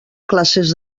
classes